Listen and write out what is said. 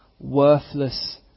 worthless